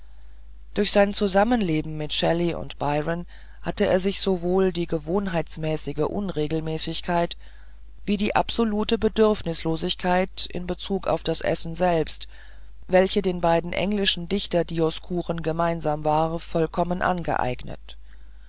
durch sein zusammenleben mit shelley und byron hatte er sich sowohl die gewohnheitsmäßige unregelmäßigkeit wie die absolute bedürfnislosigkeit in bezug auf das essen selbst welche den beiden englischen dichterdioskuren gemeinsam war vollkommen angeeignet